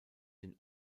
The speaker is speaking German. den